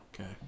Okay